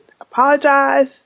apologize